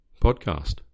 podcast